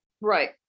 Right